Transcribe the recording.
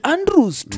Andrew's